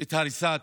את הריסת